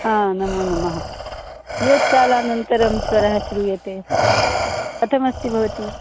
हा नमो नमः कियत्कालानन्तरं स्वरः श्रूयते कथमस्ति भवति